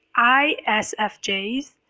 ISFJ's